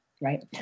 right